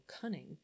cunning